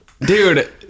Dude